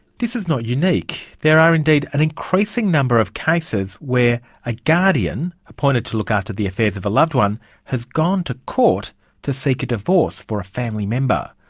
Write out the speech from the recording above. this is not unique. there are indeed an increasing number of cases where a guardian appointed to look after the affairs of a loved one has gone to court to seek a divorce for a family member.